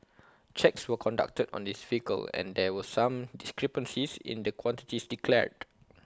checks were conducted on his vehicle and there were some discrepancies in the quantities declared